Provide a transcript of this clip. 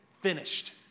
finished